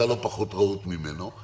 אתה לא פחות רהוט ממנו,